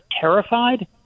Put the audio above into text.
terrified